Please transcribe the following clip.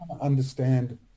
understand